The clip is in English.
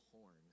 horn